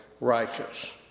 righteous